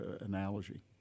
analogy